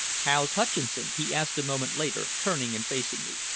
how's hutcheson? he asked a moment later, turning and facing me.